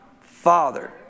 Father